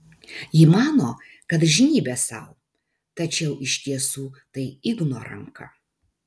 ji mano kad žnybia sau tačiau iš tiesų tai igno ranka